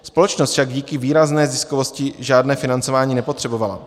Společnost však díky výrazné ziskovosti žádné financování nepotřebovala.